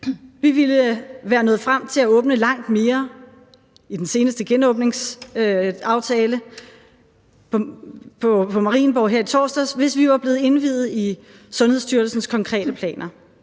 Vi ville være nået frem til at åbne langt mere i den seneste genåbningsaftale på Marienborg her i torsdags, hvis vi var blevet indviet i Sundhedsstyrelsens konkrete planer.